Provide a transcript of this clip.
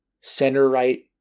center-right